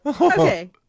Okay